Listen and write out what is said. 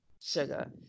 Sugar